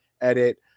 edit